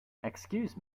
excuse